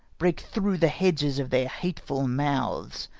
break through the hedges of their hateful mouths,